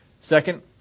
Second